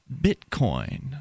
Bitcoin